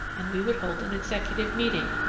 and we would hold an executive meeting,